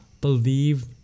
believe